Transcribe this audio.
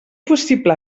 possible